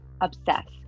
Obsess